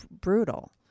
brutal